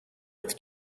with